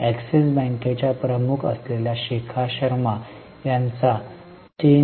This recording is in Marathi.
एक्सिस बँकेच्या प्रमुख असलेल्या शिखा शर्मा यांचा 3